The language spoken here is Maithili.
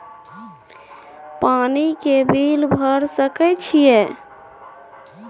पानी के बिल भर सके छियै?